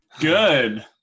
Good